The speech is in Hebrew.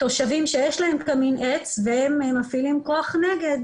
תושבים שיש להם קמין עץ, והם מפעילים כוח נגד.